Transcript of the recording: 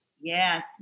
Yes